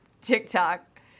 TikTok